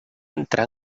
entrar